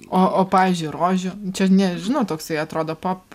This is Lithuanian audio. o o pavyzdžiui rožių čia nežinau toksai atrodo pop